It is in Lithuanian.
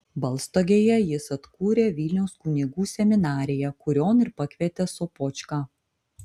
balstogėje jis atkūrė vilniaus kunigų seminariją kurion ir pakvietė sopočką